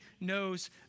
knows